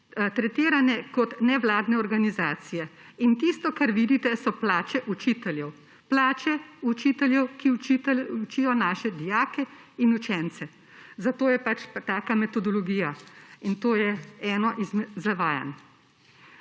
tretirane kot nevladne organizacije. In tisto, kar vidite, so plače učiteljev. Plače učiteljev, ki učijo naše dijake in učence. Zato je pač taka metodologija. In to je eno izmed zavajanj.